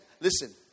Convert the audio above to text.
listen